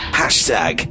hashtag